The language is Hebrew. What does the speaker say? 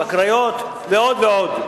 בקריות ועוד ועוד.